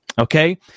Okay